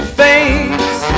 face